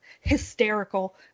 hysterical